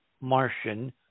Martian